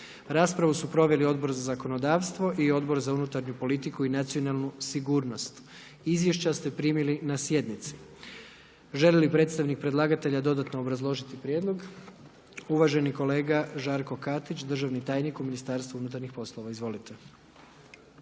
Raspravu su proveli Odbor za zakonodavstvo i Odbor za unutarnju politiku i nacionalnu sigurnost. Izvješća ste primili na sjednici. Želi li predstavnik predlagatelja dodatno obrazložiti prijedlog? Uvaženi kolega Žarko Katić, državni tajnik u MUP-u. Izvolite.